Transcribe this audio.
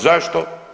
Zašto?